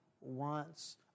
wants